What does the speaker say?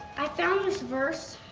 i found this verse.